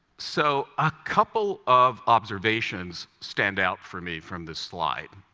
so a couple of observations stand out for me from this slide.